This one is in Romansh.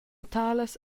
talas